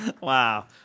Wow